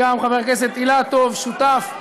גם חבר הכנסת אילטוב שותף.